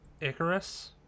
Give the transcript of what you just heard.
Icarus